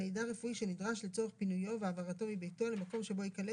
מידע רפואי שנדרש לצורך פינויו והעברתו מביתו למקום שבו ייקלט,